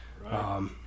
Right